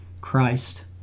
Christ